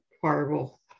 horrible